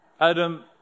Adam